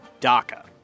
DACA